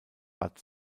bad